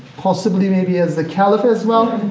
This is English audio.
possibly, maybe as the caliph as well,